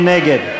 מי נגד?